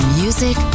music